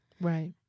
Right